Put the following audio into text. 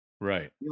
Right